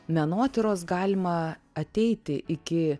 menotyros galima ateiti iki